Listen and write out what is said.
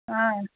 ஆ